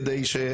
כדי שכולם.